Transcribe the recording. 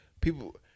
people